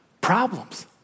problems